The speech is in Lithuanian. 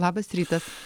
labas rytas